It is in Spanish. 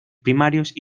primarios